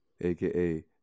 aka